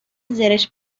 زرشک